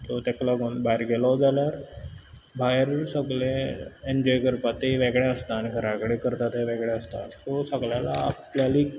so तेक लागून भायर गेलो जाल्यार भायर सगळे एन्जॉय करपाक तें वेगळें आसता आनी घरा कडेन करता तें वेगळें आसता सो सगळ्यांलो आपल्याली